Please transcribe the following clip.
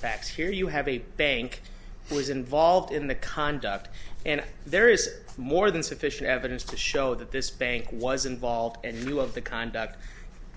facts here you have a bank who was involved in the conduct and there is more than sufficient evidence to show that this bank was involved and knew of the conduct